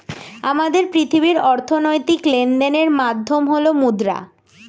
আমাদের পৃথিবীর অর্থনৈতিক লেনদেনের মাধ্যম হল মুদ্রা